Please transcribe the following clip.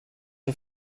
are